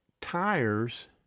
Tires